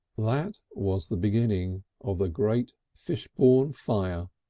that was the beginning of the great fishbourne fire,